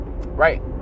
right